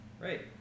Right